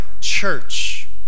church